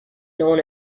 known